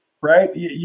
right